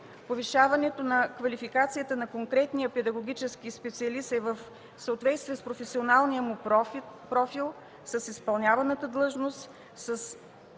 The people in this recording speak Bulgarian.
Повишаването на квалификацията на конкретния педагогически специалист е в съответствие с професионалния му профил, с изпълняваната длъжност,